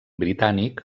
britànic